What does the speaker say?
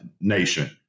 nation